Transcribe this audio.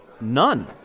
none